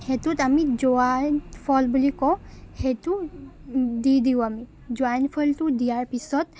সেইটোত আমি জোৱাইন ফল বুলি কওঁ সেইটো দি দিওঁ আমি জোৱাইন ফলটো দিয়াৰ পিছত